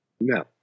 No